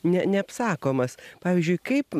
ne neapsakomas pavyzdžiui kaip